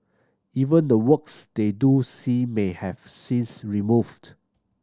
even the works they do see may have scenes removed